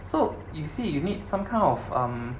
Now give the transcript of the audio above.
so you see you need some kind of um